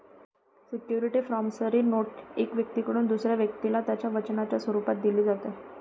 security promissory note एका व्यक्तीकडून दुसऱ्या व्यक्तीला त्याच्या वचनाच्या स्वरूपात दिली जाते